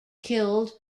killed